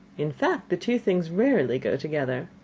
in fact the two things rarely go together.